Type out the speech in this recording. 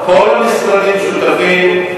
כל המשרדים שותפים,